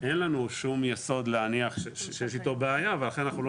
אין לנו שום יסוד להניח שיש איתו בעיה ולכן אנחנו לא